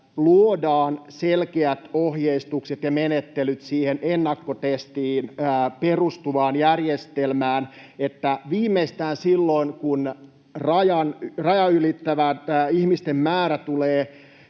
luodaan selkeät ohjeistukset ja menettelyt siihen ennakkotestiin perustuvaan järjestelmään, niin että viimeistään silloin kun rajaa ylittävien ihmisten määrä tulee